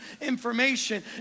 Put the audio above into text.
information